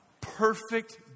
Perfect